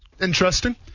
Interesting